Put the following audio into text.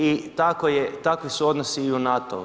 I takvi su odnosi i u NATO-u.